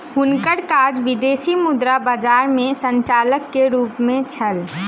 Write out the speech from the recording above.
हुनकर काज विदेशी मुद्रा बजार में संचालक के रूप में छल